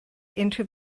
unrhyw